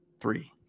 Three